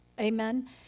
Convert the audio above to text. Amen